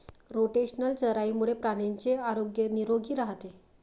rotational चराईमुळे प्राण्यांचे आरोग्य निरोगी राहते